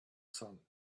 sun